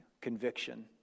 conviction